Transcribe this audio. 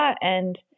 and-